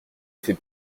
fait